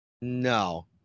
No